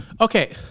Okay